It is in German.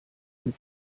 wenn